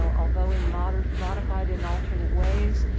although in modern modified in alternate ways.